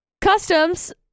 Customs